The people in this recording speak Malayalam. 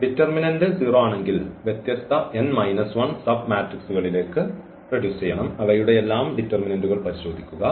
ഡിറ്റർമിനന്റ് 0 ആണെങ്കിൽ വ്യത്യസ്ത n 1 സബ്മാട്രിക്സികളിലേക്ക് റെഡ്യൂസ് ചെയ്യണം അവയുടെയെല്ലാം ഡിറ്റർമിനന്റ്കൾ പരിശോധിക്കുക